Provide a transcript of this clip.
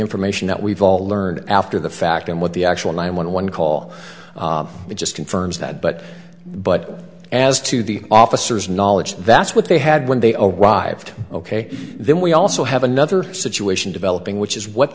information that we've all learned after the fact and what the actual nine one one call it just confirms that but but as to the officers knowledge that's what they had when they over rived ok then we also have another situation developing which is what